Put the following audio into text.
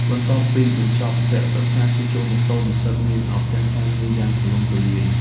បន្ទាប់ពីបញ្ចប់វគ្គសិក្សាជួសជុលម៉ូតូ និស្សិតមានឱកាសការងារយ៉ាងទូលំទូលាយ។